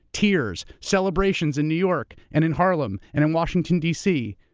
tears, celebrations in new york, and in harlem, and in washington, d. c.